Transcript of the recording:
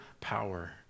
power